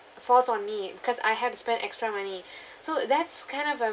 falls on me because I had to spend extra money so that's kind of a